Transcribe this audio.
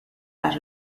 las